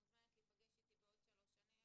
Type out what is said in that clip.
את מוזמנת להיפגש אתי עוד שלוש שנים